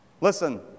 Listen